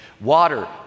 Water